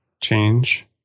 change